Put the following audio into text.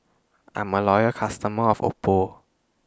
I'm A Loyal customer of Oppo